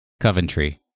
coventry